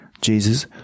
Jesus